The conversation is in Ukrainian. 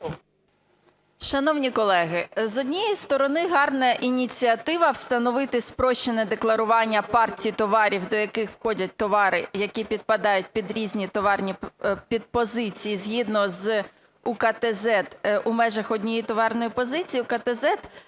Шановні колеги, з однієї сторони, гарна ініціатива – встановити спрощене декларування партій товарів, до яких входять товари, які підпадають під різні товарні підпозиції, згідно УКТ ЗЕД, у межах однієї товарної позиції УКТ